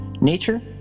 nature